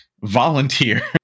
volunteer